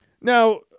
Now